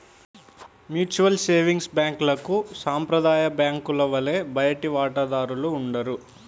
mutual savings బ్యాంక్లకు సాంప్రదాయ బ్యాంకుల వలె బయటి వాటాదారులు ఉండరు